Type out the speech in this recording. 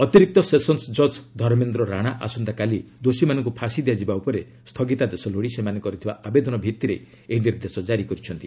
ଅତିରିକ୍ତ ସେସନ୍ୱ ଜଜ୍ ଧର୍ମେନ୍ଦ୍ର ରାଣା ଆସନ୍ତାକାଲି ଦୋଷୀମାନଙ୍କୁ ଫାଶି ଦିଆଯିବା ଉପରେ ସ୍ଥଗିତାଦେଶ ଲୋଡ଼ି ସେମାନେ କରିଥିବା ଆବେଦନ ଭିତ୍ତିରେ ଏହି ନିର୍ଦ୍ଦେଶ ଜାରି କରିଛନ୍ତି